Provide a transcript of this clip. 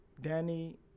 Danny –